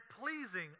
pleasing